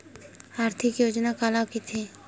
आर्थिक योजना काला कइथे?